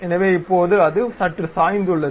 எனவே இப்போது அது சற்று சாய்ந்துள்ளது